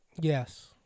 Yes